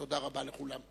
תודה רבה לכולם.